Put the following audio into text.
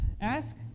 Ask